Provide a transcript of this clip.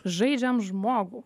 žaidžiam žmogų